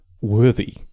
worthy